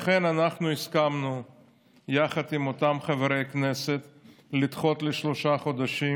אנחנו הסכמנו עם אותם חברי כנסת לדחות בשלושה חודשים